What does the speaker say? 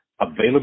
available